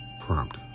Prompt